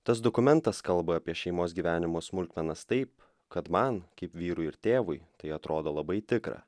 tas dokumentas kalba apie šeimos gyvenimo smulkmenas taip kad man kaip vyrui ir tėvui tai atrodo labai tikra